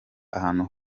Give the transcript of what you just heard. ahantu